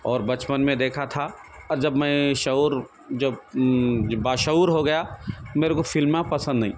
اور بچپن میں دیکھا تھا اور جب میں شعور جب باشعور ہو گیا میرے کو فلماں پسند نہیں